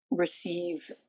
Receive